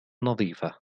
نظيفة